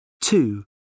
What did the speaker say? Two